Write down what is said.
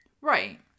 Right